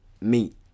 meet